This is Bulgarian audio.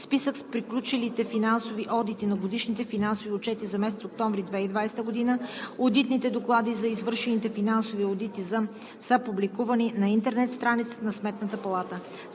Списък с приключилите финансови одити на годишните финансови отчети за месец октомври 2020 г. Одитните доклади за извършените финансови одити са публикувани на интернет страницата на Сметната палата.